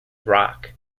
rock